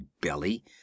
belly